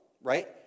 right